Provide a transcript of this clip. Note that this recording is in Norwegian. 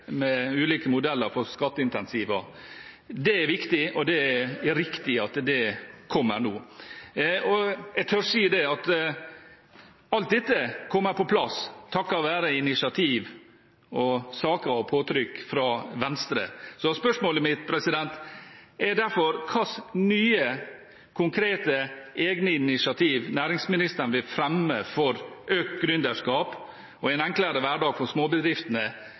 med ulike modeller for skatteincentiver. Det er viktig og det er riktig at det kommer nå. Jeg tør si at alt dette kommer på plass takket være initiativ, saker og påtrykk fra Venstre. Spørsmålet mitt er derfor: Hvilke nye, konkrete egne initiativ vil næringsministeren fremme for økt gründerskap og en enklere hverdag for småbedriftene,